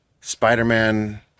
spider-man